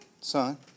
son